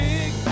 Big